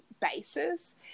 basis